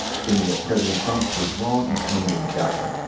stating that president trump was wrong in terminating daca.